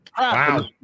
Wow